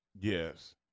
Yes